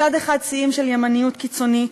מצד אחד שיאים של ימניות קיצונית,